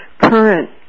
current